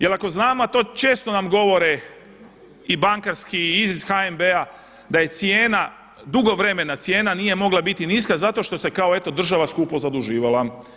Jer ako znamo, a to često nam govore i bankarski i iz HNB-a da je cijena, dugo vremena cijena nije mogla biti niska zato što se kao eto država skupo zaduživala.